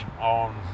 on